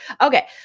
Okay